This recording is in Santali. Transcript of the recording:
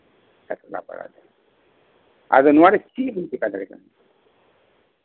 ᱟᱹᱛᱩ ᱴᱚᱞᱟ ᱯᱟᱲᱟ ᱨᱮ ᱟᱫᱚ ᱱᱚᱶᱟ ᱫᱚ ᱪᱮᱫ ᱞᱤᱧ ᱪᱤᱠᱟᱹ ᱫᱟᱲᱮᱭᱟᱜᱼᱟ